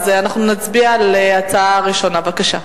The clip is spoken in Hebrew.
אנחנו נצביע על ההצעה הראשונה, בבקשה.